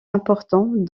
important